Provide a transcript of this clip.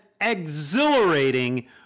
exhilarating